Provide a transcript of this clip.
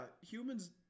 humans